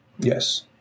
Yes